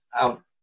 out